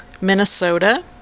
Minnesota